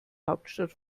hauptstadt